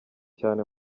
cyane